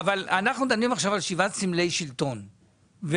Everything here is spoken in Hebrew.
אבל אנחנו דנים עכשיו על שבעת סמלי שלטון ונגררים,